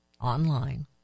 online